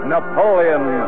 Napoleon